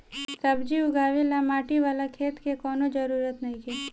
सब्जी उगावे ला माटी वाला खेत के कवनो जरूरत नइखे